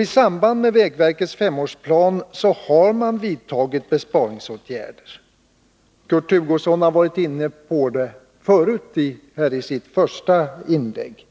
I samband med vägverkets femårsplan har man vidtagit besparingsåtgärder. Kurt Hugosson har varit inne på den frågan i sitt första inlägg.